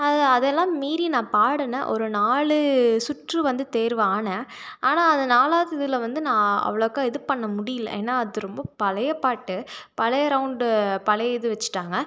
அது அதெல்லாம் மீறி நான் பாடினேன் ஒரு நாலு சுற்று வந்து தேர்வு ஆகினேன் ஆனால் அந்த நாலாவது இதில் வந்து நான் அவ்வளோக்கா இது பண்ண முடியிலை ஏன்னா அது ரொம்ப பழைய பாட்டு பழைய ரௌண்டு பழைய இது வச்சிட்டாங்க